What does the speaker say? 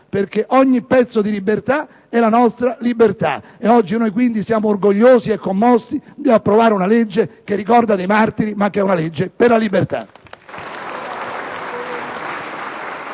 perché ogni pezzo di libertà è la nostra libertà. Oggi noi siamo quindi orgogliosi e commossi nell'approvare una legge che ricorda dei martiri, ma che è una legge per la libertà.